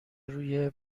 روی